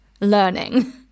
learning